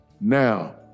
now